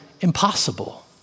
impossible